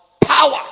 Power